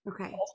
Okay